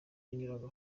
yanyuraga